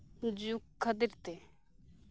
ᱡᱩᱜᱽ ᱠᱷᱟᱹᱛᱤᱨ ᱛᱮ